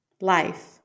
life